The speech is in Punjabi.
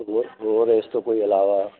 ਹੋਰ ਹੋਰ ਇਸ ਤੋਂ ਕੋਈ ਇਲਾਵਾ